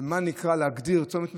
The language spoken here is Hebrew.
איזה צומת ניתן להגדיר צומת מסוכן,